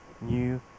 new